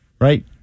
right